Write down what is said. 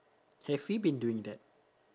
have we been doing that